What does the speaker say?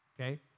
Okay